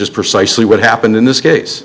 is precisely what happened in this case